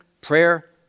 prayer